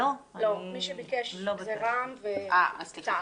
מי שביקש את הבקשה זה רע"מ ותע"ל.